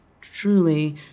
truly